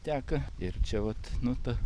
teka ir čia vat nu ta